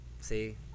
See